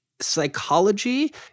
psychology